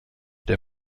der